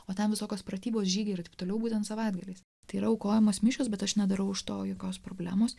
o ten visokios pratybos žygiai ir taip toliau būtent savaitgaliais tai yra aukojamos mišios bet aš nedarau iš to jokios problemos